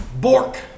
Bork